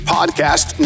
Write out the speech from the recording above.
Podcast